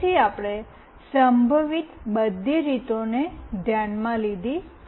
તેથી આપણે સંભવિત બધી રીતો ધ્યાનમાં લીધી છે